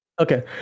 okay